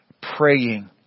praying